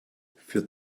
für